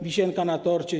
Wisienka na torcie.